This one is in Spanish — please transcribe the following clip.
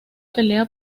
pelea